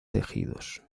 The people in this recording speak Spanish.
tejidos